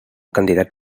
candidat